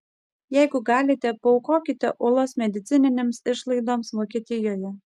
jeigu galite paaukokite ūlos medicininėms išlaidoms vokietijoje